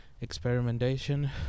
experimentation